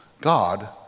God